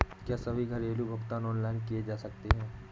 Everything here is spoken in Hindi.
क्या सभी घरेलू भुगतान ऑनलाइन किए जा सकते हैं?